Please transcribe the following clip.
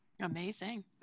amazing